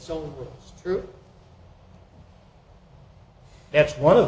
so true that's one of